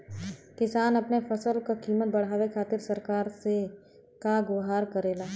किसान अपने फसल क कीमत बढ़ावे खातिर सरकार से का गुहार करेला?